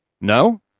No